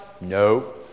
No